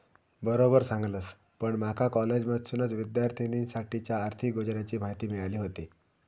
बरोबर सांगलस, पण माका कॉलेजमधसूनच विद्यार्थिनींसाठीच्या आर्थिक योजनांची माहिती मिळाली व्हती